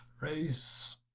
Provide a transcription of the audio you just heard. race